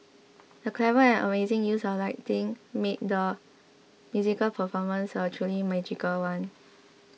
the clever and amazing use of lighting made the musical performance a truly magical one